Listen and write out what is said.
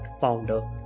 founder